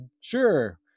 sure